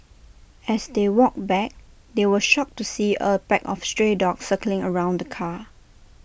as they walked back they were shocked to see A pack of stray dogs circling around the car